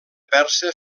persa